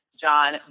John